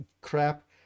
crap